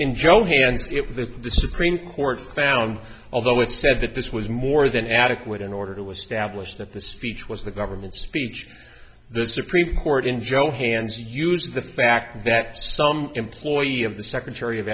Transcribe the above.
in johanne it with the supreme court found although it said that this was more than adequate in order to establish that the speech was the government's speech the supreme court in general hands to use the fact that some employee of the secretary of